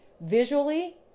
visually